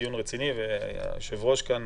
מכיוון שאנחנו בדיון רציני והיושב-ראש כאן